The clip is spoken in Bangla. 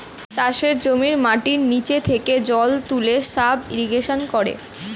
চাষের জমির মাটির নিচে থেকে জল তুলে সাব ইরিগেশন করে